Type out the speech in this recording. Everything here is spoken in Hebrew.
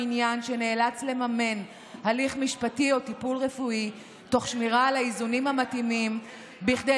למשך שלוש שנים מיום קבלת